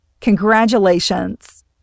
Congratulations